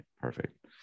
perfect